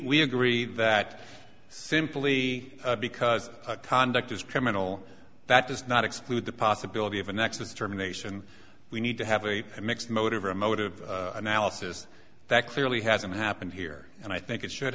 we agree that simply because conduct is criminal that does not exclude the possibility of a nexus determination we need to have a mixed motive or a motive analysis that clearly hasn't happened here and i think it should